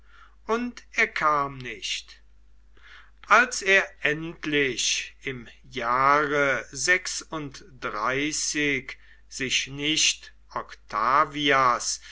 und er kam nicht als er endlich im jahre sich nicht octavias